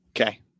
Okay